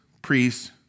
Priests